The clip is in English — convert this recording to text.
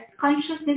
consciousness